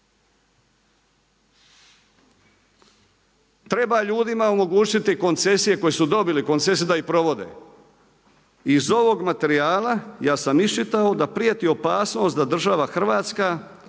Treba ljudima omogućiti koncesije, koji su dobili koncesije da ih provode. Iz ovog materijala, ja sam iščitao da prijeti opasnost da država Hrvatska,